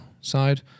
side